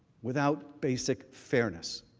without basic fairness.